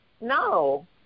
No